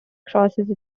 crosses